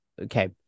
Okay